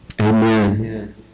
Amen